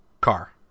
Car